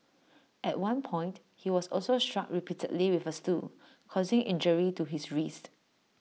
at one point he was also struck repeatedly with A stool causing injury to his wrist